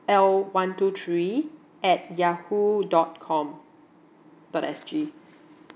l one two three at yahoo dot com dot s g